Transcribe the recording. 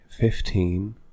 Fifteen